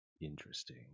Interesting